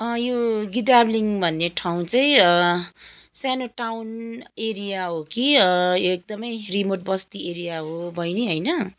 यो गिडाब्लिङ भन्ने ठाउँ चाहिँ सानो टाउन एरिया हो कि यो एकदमै रिमोट बस्ती एरिया हो बैनी होइन